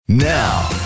Now